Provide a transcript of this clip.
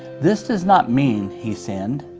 this does not mean he sinned.